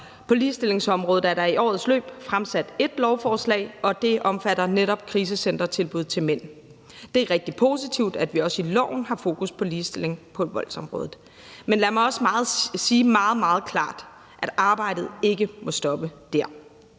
På ligestillingsområdet er der i årets løb fremsat ét lovforslag, og det omfatter netop krisecentertilbud til mænd. Det er rigtig positivt, at vi også i lovgivningen har fokus på ligestilling på voldsområdet. Men lad mig også sige meget, meget klart, at arbejdet ikke må stoppe der.